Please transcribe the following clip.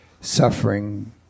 suffering